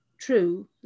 true